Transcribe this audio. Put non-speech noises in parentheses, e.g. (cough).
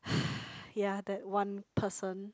(breath) yeah that one person